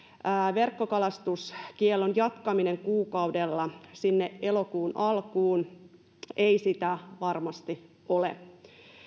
verkkokalastuskiellon jatkaminen kuukaudella elokuun alkuun ei sitä varmasti ole